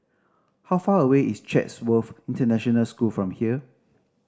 how far away is Chatsworth International School from here